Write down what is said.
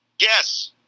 Yes